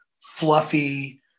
fluffy